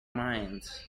minds